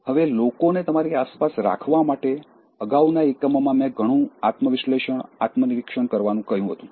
હવે લોકોને તમારી આસપાસ રાખવા માટે અગાઉના એકમમાં મેં ઘણું આત્મ વિશ્લેષણ આત્મનિરીક્ષણ કરવાનું કહ્યું હતું